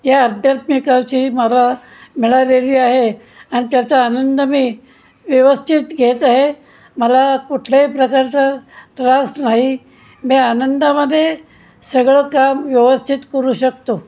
या आध्यात्मिकाची मला मिळालेली आहे आणि त्याचा आनंद मी व्यवस्थित घेत आहे मला कुठल्याही प्रकारचा त्रास नाही मी आनंदामध्ये सगळं काम व्यवस्थित करू शकतो